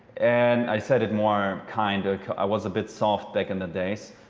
and i said it more kind. ah i was a bit soft back in the days.